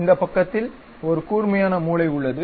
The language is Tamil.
இந்த பக்கத்தில் ஒரு கூர்மையான மூலை உள்ளது